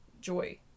joy